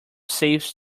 saves